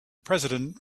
president